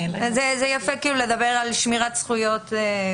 זה יפה לדבר על שמירת זכויות.